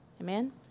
Amen